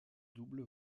double